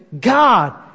God